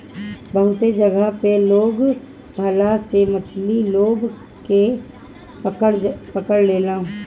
बहुते जगह पे लोग भाला से मछरी गोभ के पकड़ लेला